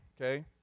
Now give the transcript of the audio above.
Okay